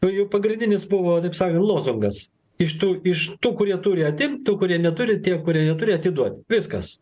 o jų pagrindinis buvo taip sakant lozungas iš tų iš tų kurie turi atimt tų kurie neturi tiem kurie neturi atiduot viskas